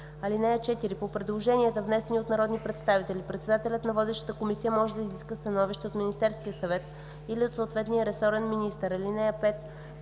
ал. 1. (4) По предложенията, внесени от народни представители, председателят на водещата комисия може да изисква становище от Министерския съвет или от съответния ресорен министър. (5)